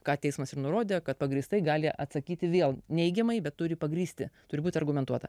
ką teismas ir nurodė kad pagrįstai gali atsakyti vėl neigiamai bet turi pagrįsti turi būti argumentuota